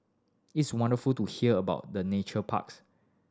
it's wonderful to hear about the nature parks